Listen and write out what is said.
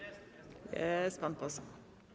Jest pan poseł.